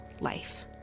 life